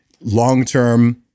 long-term